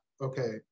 okay